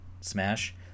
smash